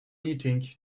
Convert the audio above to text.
eating